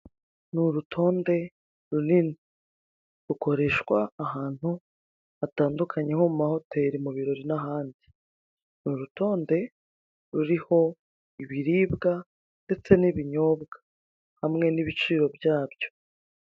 Ni urutonde runini, rukoreshwa ahantu hatandukanye nko mu mahoteri , mu birori n'ahandi. Ni urutonde ruriho ibiribwa ndetse n'ibinyobwa ndetse n'ibiciro byabyo.